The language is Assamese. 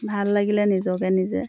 ভাল লাগিলে নিজকে নিজে